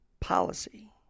policy